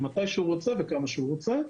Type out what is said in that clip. מתי שרוצים וכמה שרוצים.